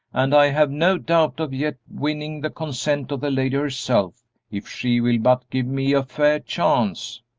and i have no doubt of yet winning the consent of the lady herself if she will but give me a fair chance.